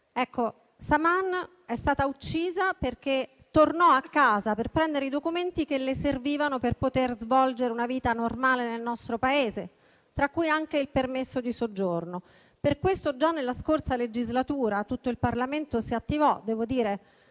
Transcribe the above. Ebbene, Saman è stata uccisa perché tornò a casa per prendere i documenti che le servivano per poter svolgere una vita normale nel nostro Paese, tra cui anche il permesso di soggiorno. Per questo già nella scorsa legislatura tutto il Parlamento si attivò - devo dire